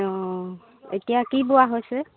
অঁ এতিয়া কি বোৱা হৈছে